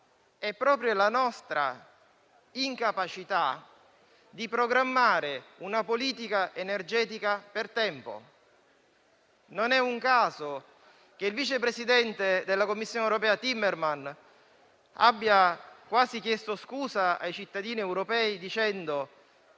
è proprio la nostra incapacità di programmare una politica energetica per tempo. Non è un caso che il vice presidente della Commissione europea Timmermans abbia quasi chiesto scusa ai cittadini europei, dicendo